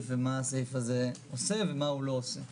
ומה הסעיף הזה עושה ומה הוא לא עושה.